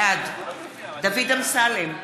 בעד דוד אמסלם,